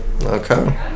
Okay